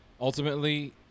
ultimately